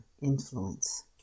influence